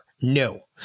No